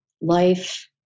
life